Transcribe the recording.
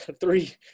three